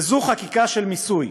וזו חקיקה של מיסוי,